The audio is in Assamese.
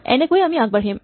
এনেকৈয়ে আমি আগবাঢ়িম